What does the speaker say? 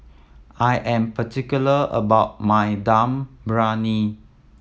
I am particular about my Dum Briyani